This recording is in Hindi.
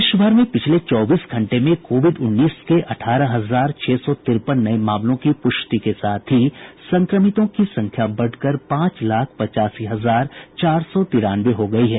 देश भर में पिछले चौबीस घंटे में कोविड उन्नीस के अठारह हजार छह सौ तिरपन नये मामलों की प्रष्टि के साथ ही संक्रमितों की संख्या बढ़कर पांच लाख पचासी हजार चार सौ तिरानवे हो गई है